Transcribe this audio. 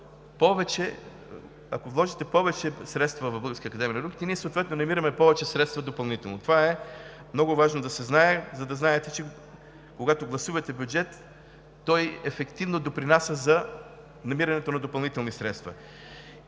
ако вложите повече средства в Българската академия на науките, ние съответно намираме повече средства допълнително. Това е много важно да се знае – за да знаете, че когато гласувате бюджет, той ефективно допринася за намирането на допълнителни средства.